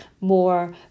more